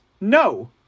No